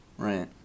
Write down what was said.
Right